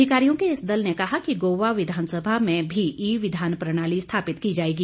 अधिकारियों के इस दल ने कहा कि गोवा विधानसभा में भी ई विधान प्रणाली स्थापित की जाएगी